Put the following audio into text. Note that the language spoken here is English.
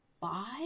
five